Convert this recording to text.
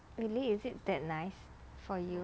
really is it that nice for you